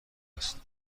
است